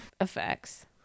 Effects